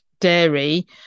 dairy